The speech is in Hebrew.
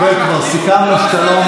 הוא קרא לו.